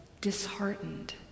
disheartened